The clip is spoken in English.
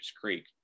Creek